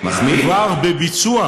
כבר בביצוע,